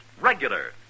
regular